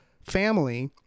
family